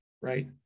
right